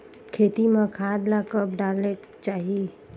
खेती म खाद ला कब डालेक चाही?